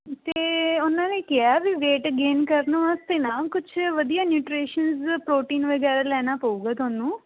ਅਤੇ ਉਹਨਾਂ ਨੇ ਕਿਹਾ ਬਈ ਵੇਟ ਗੇਨ ਕਰਨ ਵਾਸਤੇ ਨਾ ਕੁਛ ਵਧੀਆ ਨਿਊਟਰੇਸ਼ਨ ਪ੍ਰੋਟੀਨ ਵਗੈਰਾ ਲੈਣਾ ਪਊਗਾ ਤੁਹਾਨੂੰ